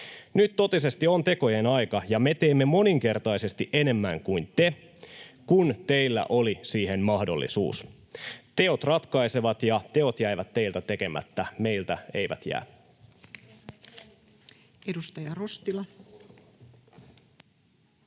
Nyt totisesti on tekojen aika, ja me teemme moninkertaisesti enemmän kuin te, kun teillä oli siihen mahdollisuus. Teot ratkaisevat, ja teot jäivät teiltä tekemättä. Meiltä eivät jää. [Speech 309]